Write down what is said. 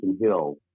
Hill